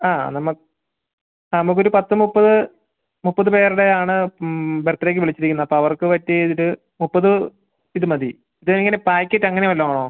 ആ നമ്മൾ നമുക്ക് ഒരു പത്ത് മുപ്പത് മുപ്പത് പേരുടെ ആണ് ബർത്ത്ഡേയ്ക്ക് വിളിച്ചിരിക്കുന്നത് അപ്പം അവർക്ക് പറ്റിയ ഇത് മുപ്പത് ഇത് മതി ഇതിങ്ങനെ പായ്ക്കറ്റ് അങ്ങനെ വല്ലതും ആണോ